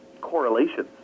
correlations